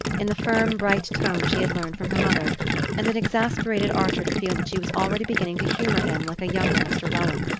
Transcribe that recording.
in the firm bright tone she had learned from her mother and it exasperated archer to feel that she was already beginning to humour him like a younger mr. welland.